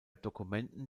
dokumenten